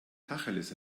tacheles